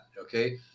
Okay